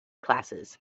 classes